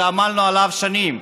שעמלנו עליו שנים,